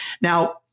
Now